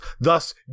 thus